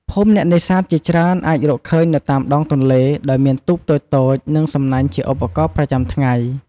ភូមិអ្នកនេសាទជាច្រើនអាចរកឃើញនៅតាមដងទន្លេ ដោយមានទូកតូចៗ និងសំណាញ់ជាឧបករណ៍ប្រចាំថ្ងៃ។